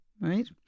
Right